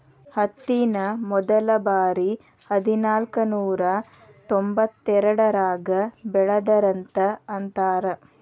ಹತ್ತಿನ ಮೊದಲಬಾರಿ ಹದನಾಕನೂರಾ ತೊಂಬತ್ತೆರಡರಾಗ ಬೆಳದರಂತ ಅಂತಾರ